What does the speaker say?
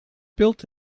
built